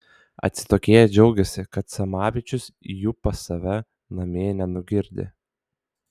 atsitokėję džiaugėsi kad samavičius jų pas save namie nenugirdė